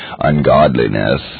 ungodliness